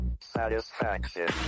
satisfaction